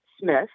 Smith